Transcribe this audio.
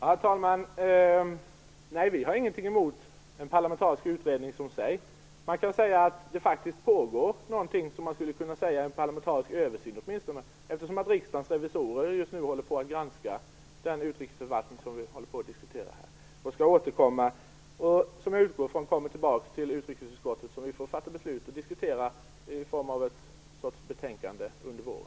Herr talman! Nej, vi har ingenting emot en parlamentarisk utredning i sig. Man kan säga att det faktiskt pågår någonting som man skulle kunna kalla en parlamentarisk översyn åtminstone, eftersom Riksdagens revisorer just nu håller på att granska den utrikesförvaltning vi diskuterar. Jag utgår från att detta kommer tillbaka till utrikesutskottet så att vi får diskutera och fatta beslut utifrån någon form av betänkande under våren.